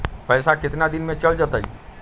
पैसा कितना दिन में चल जतई?